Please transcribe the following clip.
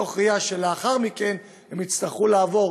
מתוך ראייה שלאחר מכן הם יצטרכו לעבור